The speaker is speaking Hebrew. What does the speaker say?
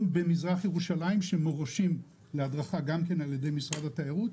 במזרח ירושלים שמורשים להדרכה על ידי משרד התיירות.